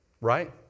Right